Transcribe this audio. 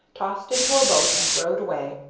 tossed into a boat, and rowed away.